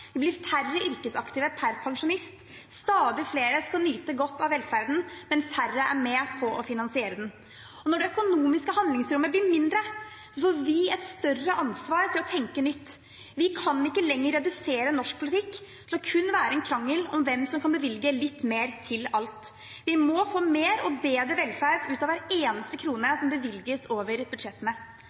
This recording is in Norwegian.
det blir færre yrkesaktive per pensjonist. Stadig flere skal nyte godt av velferden, men færre er med på å finansiere den. Når det økonomiske handlingsrommet blir mindre, får vi et større ansvar for å tenke nytt. Vi kan ikke lenger redusere norsk politikk til kun å være en krangel om hvem som kan bevilge litt mer til alt. Vi må få mer og bedre velferd ut av hver eneste krone som bevilges over budsjettene.